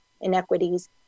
inequities